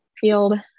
field